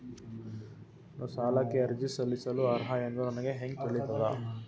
ನಾನು ಸಾಲಕ್ಕೆ ಅರ್ಜಿ ಸಲ್ಲಿಸಲು ಅರ್ಹ ಎಂದು ನನಗೆ ಹೆಂಗ್ ತಿಳಿತದ?